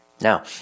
Now